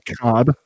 God